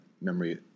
memory